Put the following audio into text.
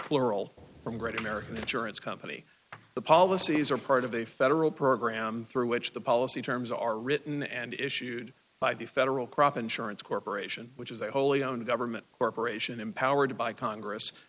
chloral from great american insurance company the policies are part of a federal program through which the policy terms are written and issued by the federal crop insurance corporation which is a wholly owned government corporation empowered by congress